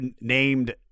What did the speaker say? named